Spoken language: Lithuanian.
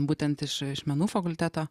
būtent iš iš menų fakulteto